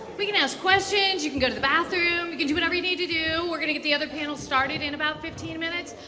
we can ask questions, you can go to the bathroom. you can do whatever you need to do. we're going to get the other panel started in about fifteen minutes.